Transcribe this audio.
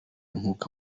nk’uko